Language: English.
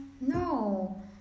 No